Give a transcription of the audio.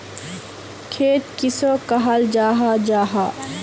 खेत किसोक कहाल जाहा जाहा?